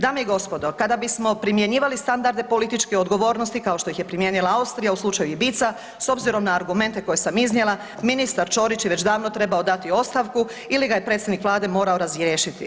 Dame i gospodo, kada bismo primjenjivali standarde političke odgovornosti kao što ih je primijenila Austrija u slučaju Ibiza s obzirom na argumente koje sam iznijela ministar Ćorić je već davno trebao dati ostavku ili ga je predsjednik Vlade morao razriješiti.